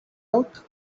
out